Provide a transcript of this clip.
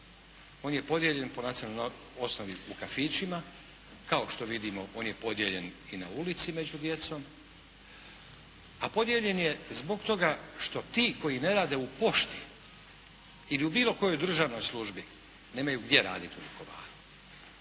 on je podijeljen po nacionalnoj osnovi u kafićima, kao što vidimo on je podijeljen i u ulici među djecom. A podijeljen je zbog toga što ti koji ne rade u pošti ili u bilo kojoj državnoj službi nemaju gdje raditi u Vukovaru.